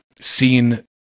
seen